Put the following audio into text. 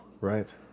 right